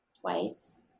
twice